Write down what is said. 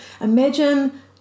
Imagine